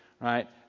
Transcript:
right